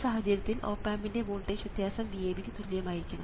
ഈ സാഹചര്യത്തിൽ ഓപ് ആമ്പിൻറെ വോൾട്ടേജ് വ്യത്യാസം VAB യ്ക്ക് തുല്യമായിരിക്കണം